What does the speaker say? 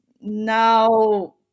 now –